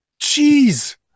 Jeez